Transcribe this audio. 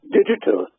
digital